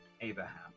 Abraham